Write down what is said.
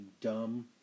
dumb